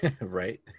right